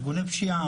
ארגוני פשיעה,